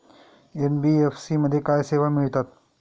NBFC मध्ये काय सेवा मिळतात?